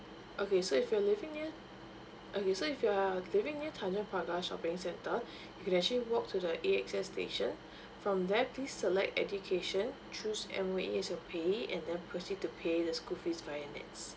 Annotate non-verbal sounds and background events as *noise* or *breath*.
okay so if you are living near okay so if you are living near thomson plaza shopping centre *breath* you can actually walk to the A_X_S station *breath* from there please select education choose M_O_E as your pay and then proceed to the school fees via N_E_T_S